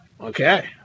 okay